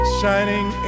shining